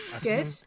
Good